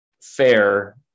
fair